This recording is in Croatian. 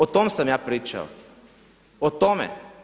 O tome sam ja pričao o tome.